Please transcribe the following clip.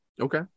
Okay